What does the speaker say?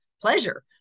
pleasure